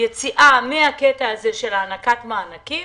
יציאה מהענקת מענקים